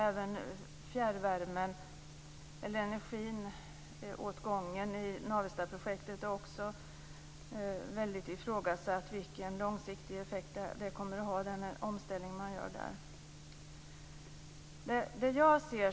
Även energiåtgången för fjärrvärmen i Navestadprojektet är mycket ifrågasatt. Det handlar om vilken långsiktig effekt den omställning man gör kommer att ha.